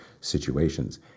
situations